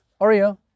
Oreo